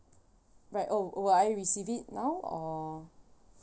right oh will I receive it now or